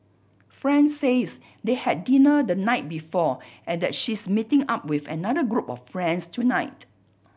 friend says they had dinner the night before and that she's meeting up with another group of friends tonight